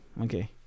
okay